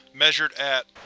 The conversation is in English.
measured at